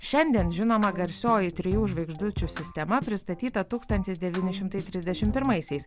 šiandien žinoma garsioji trijų žvaigždučių sistema pristatyta tūkstantis devyni šimtai trisdešimt pirmaisiais